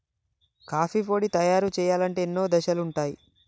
coffee పొడి తయారు చేయాలంటే ఎన్నో దశలుంటయ్